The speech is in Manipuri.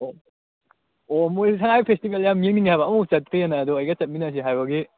ꯑꯣ ꯑꯣ ꯃꯣꯏ ꯁꯉꯥꯏ ꯐꯦꯁꯇꯤꯚꯦꯜ ꯌꯥꯝ ꯌꯦꯡꯅꯤꯡꯉꯦ ꯍꯥꯏꯕ ꯑꯃꯨꯛꯐꯧ ꯆꯠꯇ꯭ꯔꯤꯑꯅ ꯑꯗꯨ ꯑꯩꯒ ꯆꯠꯃꯤꯟꯅꯁꯦ ꯍꯥꯏꯕꯒꯤ